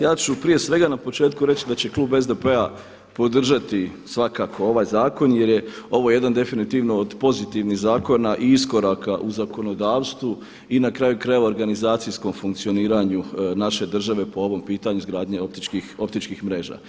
ja ću prije svega na početku reći da će klub SDP-a podržati svakako ovaj zakon jer je ovo jedan definitivno od pozitivnih zakona i iskoraka u zakonodavstvu i na kraju krajeva organizacijskom funkcioniranju naše države po ovom pitanju izgradnje optičkih mreža.